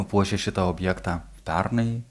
puošė šitą objektą pernai